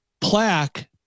plaque